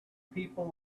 people